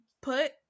put